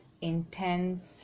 intense